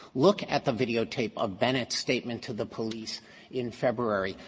look at the videotape of bennett's statement to the police in february.